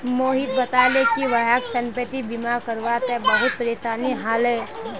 मोहित बताले कि वहाक संपति बीमा करवा त बहुत परेशानी ह ले